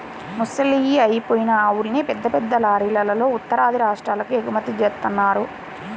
ముసలయ్యి అయిపోయిన ఆవుల్ని పెద్ద పెద్ద లారీలల్లో ఉత్తరాది రాష్ట్రాలకు ఎగుమతి జేత్తన్నారు